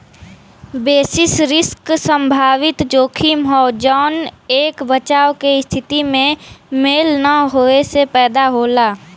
basis risk संभावित जोखिम हौ जौन एक बचाव के स्थिति में मेल न होये से पैदा होला